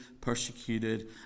persecuted